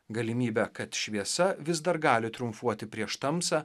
galimybę kad šviesa vis dar gali triumfuoti prieš tamsą